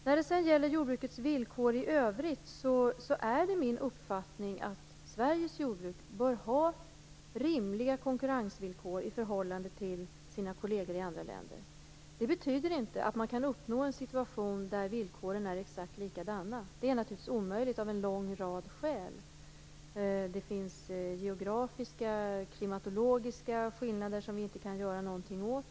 När det gäller jordbrukets villkor i övrigt är det min uppfattning att Sveriges jordbruk bör ha rimliga konkurrensvillkor i förhållande till sina kolleger i andra länder. Det betyder inte att man kan uppnå en situation där villkoren är exakt likadana. Det är naturligtvis omöjligt av en rad skäl. Det finns geografiska och klimatologiska skillnader som vi inte kan göra någonting åt.